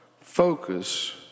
Focus